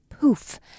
poof